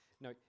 No